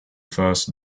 first